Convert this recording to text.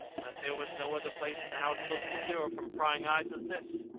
there was no other place in the house so secure from prying eyes as this.